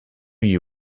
you